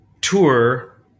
tour